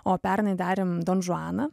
o pernai darėm donžuaną